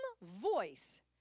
voice